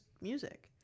music